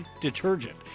detergent